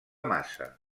massa